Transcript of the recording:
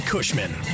Cushman